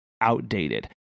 outdated